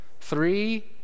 three